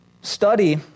study